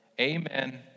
Amen